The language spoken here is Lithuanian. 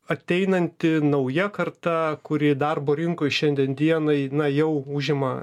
ateinanti nauja karta kuri darbo rinkoj šiandien dienai na jau užima